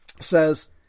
says